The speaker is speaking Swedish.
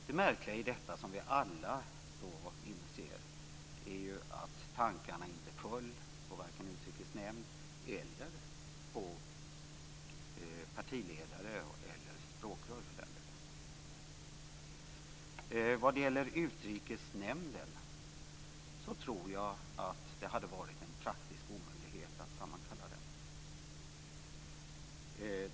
Det märkliga i detta, som vi alla inser, är att tankarna inte föll på vare sig utrikesnämnd, partiledare eller språkrör. Jag tror att det hade varit en praktisk omöjlighet att sammankalla Utrikesnämnden.